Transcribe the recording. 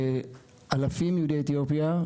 ואלפים מיהודי אתיופיה,